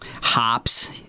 Hops